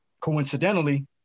coincidentally